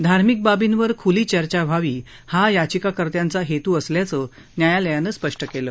धार्मिक बाबींवर ख्ली चर्चा व्हावी हा याचिकाकर्त्यांचा हेतू असल्याचं न्यायालयानं स्पष्ट केलं